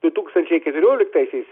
du tūkstančiai keturioliktaisiais